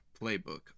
playbook